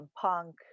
Punk